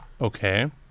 Okay